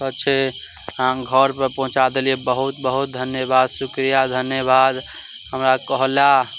छै अहाँ घर पर पहुँचा देलियै बहुत बहुत धन्यवाद शुक्रिया धन्यवाद हमरा कहला